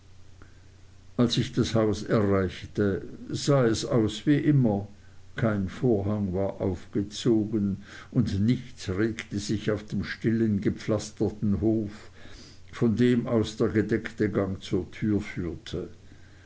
als ich das haus erreichte sah es aus wie immer kein vorhang war aufgezogen und nichts regte sich auf dem stillen gepflasterten hof von dem aus der gedeckte gang zur türe führte